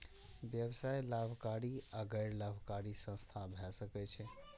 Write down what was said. व्यवसाय लाभकारी आ गैर लाभकारी संस्था भए सकै छै